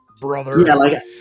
Brother